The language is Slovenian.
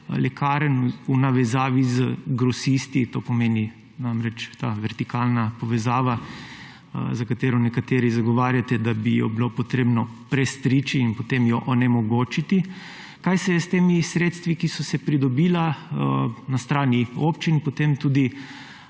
lekarn v navezavi z grosisti, to pomeni namreč ta vertikalna povezava, katero nekateri zagovarjate, da bi jo bilo potrebno prestriči in jo potem onemogočiti, kaj se je s temi sredstvi, ki so se pridobila na strani občin, potem tudi